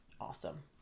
awesome